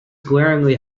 glaringly